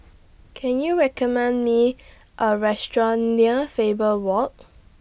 Can YOU recommend Me A Restaurant near Faber Walk